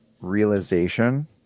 realization